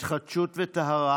התחדשות וטהרה,